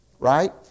right